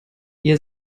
ihr